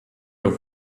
have